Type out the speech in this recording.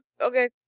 okay